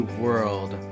world